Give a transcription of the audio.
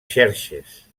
xerxes